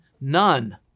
none